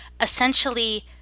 essentially